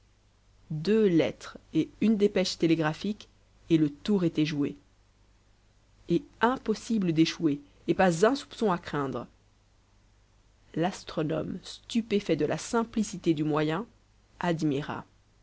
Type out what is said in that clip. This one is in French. deux lettres et une dépêche télégraphique et le tour était joué et impossible d'échouer et pas un soupçon à craindre l'astronome stupéfait de la simplicité du moyen admira